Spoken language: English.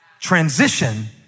Transition